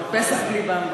פסח בלי "במבה".